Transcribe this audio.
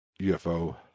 UFO